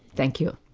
thank you.